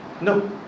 No